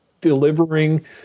delivering